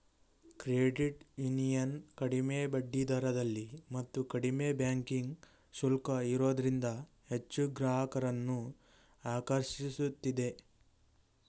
credit union ಕಡಿಮೆ ಬಡ್ಡಿದರದಲ್ಲಿ ಮತ್ತು ಕಡಿಮೆ ಬ್ಯಾಂಕಿಂಗ್ ಶುಲ್ಕ ಇರೋದ್ರಿಂದ ಹೆಚ್ಚು ಗ್ರಾಹಕರನ್ನು ಆಕರ್ಷಿಸುತ್ತಿದೆ